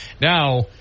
Now